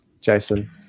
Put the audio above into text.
Jason